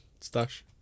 Stash